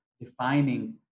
defining